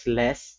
less